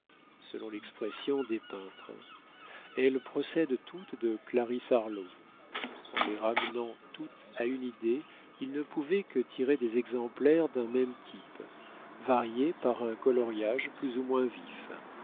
selon l'expression des peintres elles procèdent toutes de clarisse harlowe en les ramenant toutes à une idée il ne pouvait que tirer des exemplaires d'un même type variés par un coloriage plus ou moins vif